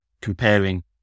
comparing